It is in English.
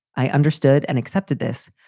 i understood and accepted this.